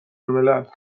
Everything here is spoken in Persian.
الملل